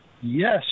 Yes